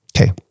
Okay